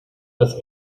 das